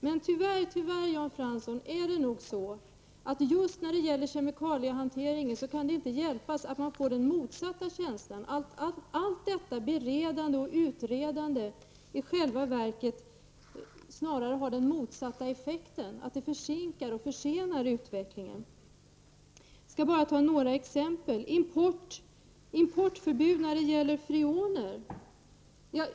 Det kan inte hjälpas men just när det gäller kemikaliehanteringen får man en känsla av motsatsen. Allt beredande och utredande får i själva verket motsatt effekt: Det försenar och försinkar utvecklingen. Jag vill ta några exempel. Först något om importförbudet när det gäller freoner.